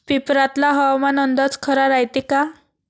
पेपरातला हवामान अंदाज खरा रायते का?